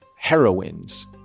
heroines